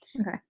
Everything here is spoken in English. Okay